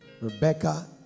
Rebecca